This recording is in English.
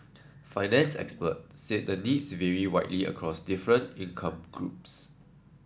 finance experts said the needs vary widely across different income groups